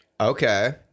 Okay